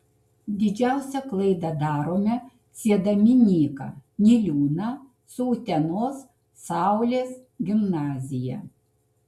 didžiausią klaidą darome siedami nyką niliūną su utenos saulės gimnazija